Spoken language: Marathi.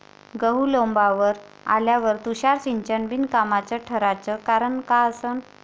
गहू लोम्बावर आल्यावर तुषार सिंचन बिनकामाचं ठराचं कारन का असन?